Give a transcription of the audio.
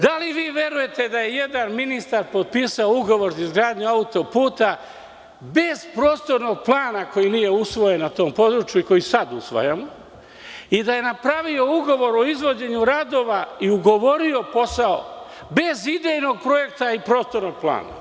Da li vi verujete da je jedan ministar potpisao ugovor za izgradnju auto-puta bez prostornog plana koji nije usvojen na tom području i koji sada usvajamo i da je napravio ugovor o izvođenju radova i ugovorio posao bez idejnog projekta i prostornog plana.